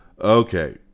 Okay